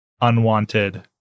unwanted